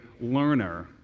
learner